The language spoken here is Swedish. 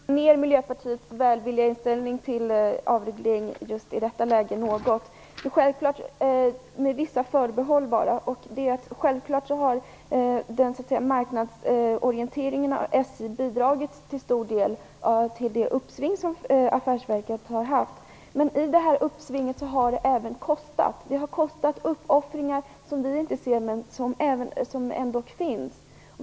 Fru talman! Miljöpartiet har en välvillig inställning till avreglering i detta läge men med vissa förbehåll. Självfallet har SJ:s marknadsorientering till stor del bidragit till det uppsving som affärsverket har haft. Men det uppsvinget har även kostat. Det har kostat uppoffringar som vi inte ser men som ändå finns.